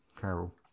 Carol